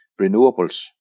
renewables